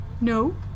No